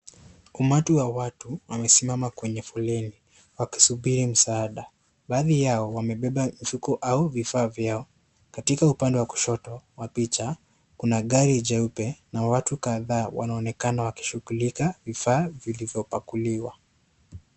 Umati wa wstu wamesimama kwenye foleni wakisubiri msaada. Baadhi yao wamebeba mfuko au vifaa vyao katika upande wa kushoto mapicha kuna gari jeupe na watu kadhaa wanaonekana wakishughulika na vifaa vilivyopakuliwa.